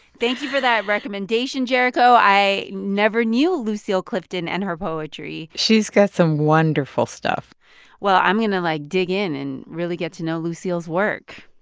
thank you for that recommendation, jericho. i never knew lucille clifton and her poetry she's got some wonderful stuff well, i'm going to, like, dig in and really get to know lucille's work.